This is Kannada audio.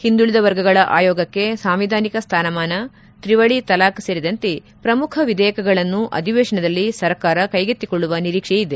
ಹಿಂದುಳಿದ ವರ್ಗಗಳ ಆಯೋಗಕ್ಕೆ ಸಾಂವಿಧಾನಿಕ ಸ್ಥಾನಮಾನ ತ್ರಿವಳಿ ತಲಾಕ್ ಸೇರಿದಂತೆ ಪ್ರಮುಖ ವಿಧೇಯಕಗಳನ್ನು ಅಧಿವೇಶನದಲ್ಲಿ ಸರ್ಕಾರ ಕ್ಲೆಗೆತ್ತಿಕೊಳ್ಳುವ ನಿರೀಕ್ಷೆ ಇದೆ